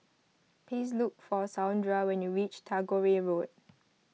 please look for Saundra when you reach Tagore Road